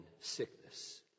sickness